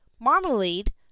marmalade